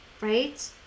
right